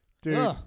dude